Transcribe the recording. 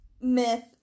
myth